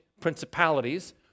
principalities